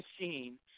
machine